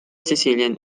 sicilian